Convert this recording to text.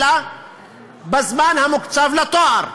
אלא בזמן המוקצב לתואר.